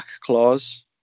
clause